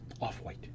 Off-white